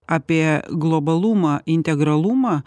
apie globalumą integralumą